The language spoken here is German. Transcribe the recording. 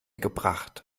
gebracht